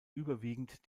überwiegend